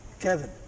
Kevin